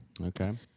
Okay